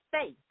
faith